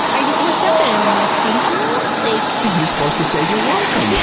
i just looked up at him, i'm like, thank you, like. and he's supposed to say, you're welcome. yeah,